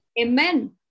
Amen